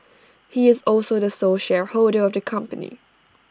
he is also the sole shareholder of the company